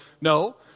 No